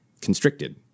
constricted